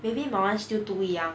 maybe still too young